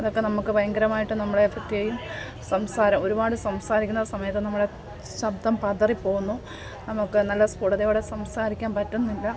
അതൊക്കെ നമ്മൾക്ക് ഭയങ്കരമായിട്ട് നമ്മളെ എഫെക്റ്റ് ചെയ്യും സംസാരം ഒരുപാട് സംസാരിക്കുന്ന സമയത്ത് നമ്മുടെ ശബ്ദം പതറിപ്പോവുന്നു നമുക്ക് നല്ല സ്പുടതയോടെ സംസാരിക്കാൻ പറ്റുന്നില്ല